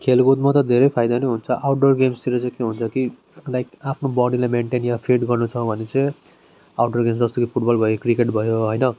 खेलकुदमा त धेरै फाइदा नै हुन्छ आउटडोर गेम्सहरू तिर चाहिँ के हुन्छ कि लाइक आफ्नो बडीलाई मेन्टेन या फिट गर्नु छ भने चाहिँ आउटडोर गेम्स जस्तो कि फुटबल भयो क्रिकेट भयो होइन